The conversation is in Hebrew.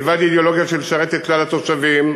מלבד אידיאולוגיה שמשרתת את כלל התושבים.